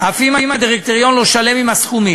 אף אם הדירקטוריון לא שלם עם הסכומים.